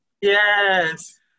Yes